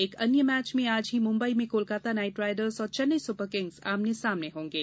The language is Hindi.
एक अन्य मैच में आज ही मुंबई में कोलकाता नाइटराइडर्स और चेन्नई सुपरकिंग्स आमने सामने होंगे